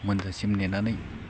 मोनजासिम नेनानै